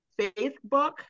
facebook